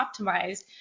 optimized